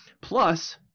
Plus